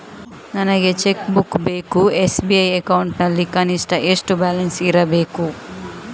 ನನಗೆ cheque book ಬೇಕು SB account ನಲ್ಲಿ ಕನಿಷ್ಠ ಎಷ್ಟು ಬ್ಯಾಲೆನ್ಸ್ ಇರಬೇಕು?